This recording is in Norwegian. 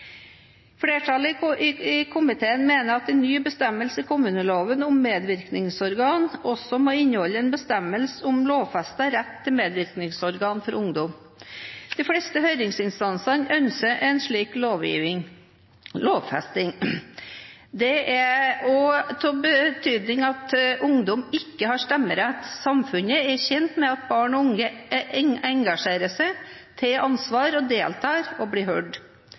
Flertallet i komiteen mener at en ny bestemmelse i kommuneloven om medvirkningsorgan også må inneholde en bestemmelse om lovfestet rett til medvirkningsorgan for ungdom. De fleste høringsinstansene ønsker en slik lovfesting. Det er også av betydning at ungdom ikke har stemmerett. Samfunnet er tjent med at barn og unge engasjerer seg, tar ansvar, deltar og blir hørt.